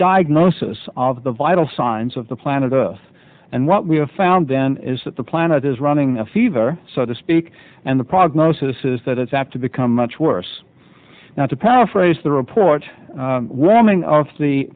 diagnosis of the vital signs of the planet earth and what we have found then is that the planet is running a fever so to speak and the prognosis is that it's apt to become much worse now to paraphrase the report warming of the